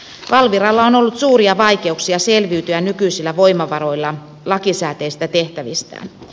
valviralla on ollut suuria vaikeuksia selviytyä nykyisillä voimavaroilla lakisääteisistä tehtävistään